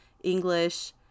English